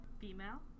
female